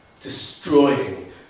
destroying